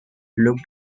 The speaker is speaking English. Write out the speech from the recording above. looked